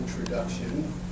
introduction